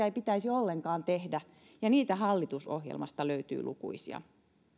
ei pitäisi ollenkaan tehdä ja niitä hallitusohjelmasta löytyy lukuisia